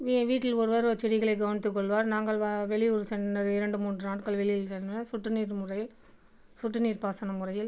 வீ வீட்டில் ஒருவர் செடிகளை கவனித்துக் கொள்வார் நாங்கள் வ வெளியூர் சென் இரண்டு மூன்று நாட்கள் வெளியில் சென்றால் சொட்டு நீர் முறையில் சொட்டு நீர் பாசன முறையில்